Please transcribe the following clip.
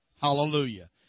Hallelujah